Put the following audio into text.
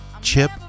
Chip